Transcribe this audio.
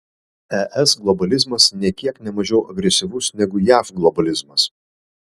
es globalizmas nė kiek ne mažiau agresyvus negu jav globalizmas